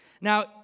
Now